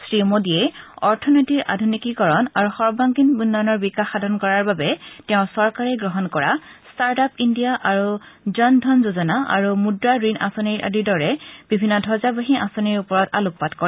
শ্ৰী মোদীয়ে অৰ্থনীতিৰ আধুনিকীকৰণ আৰু সৰ্বাংগীন উন্নয়নৰ বিকাশ সাধন কৰাৰ বাবে তেওঁৰ চৰকাৰে গ্ৰহণ কৰা ষ্টাৰ্টআপ ইণ্ডিয়া আৰু জন ধন যোজনা আৰু মুদ্ৰা ঋণ আঁচনি আদিৰ দৰে বিভিন্ন ধবজাবাহী আঁচনিৰ ওপৰত আলোকপাত কৰে